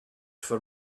for